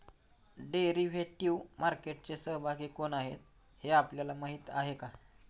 Derivative मार्केटचे सहभागी कोण आहेत हे आपल्याला माहित आहे का?